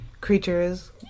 creatures